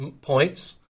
points